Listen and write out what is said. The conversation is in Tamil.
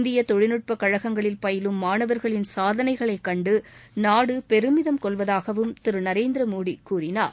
இந்திய தொழில்நுட்பக் கழகங்களில் பயிலும் மாணவர்களின் சாதனைகளைக் கண்டு நாடு பெருமிதம் கொள்வதாகவும் திரு நரேந்திரமோடி கூறினார்